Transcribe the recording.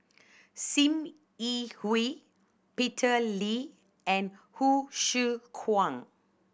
Sim Yi Hui Peter Lee and Hsu Tse Kwang